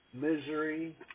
misery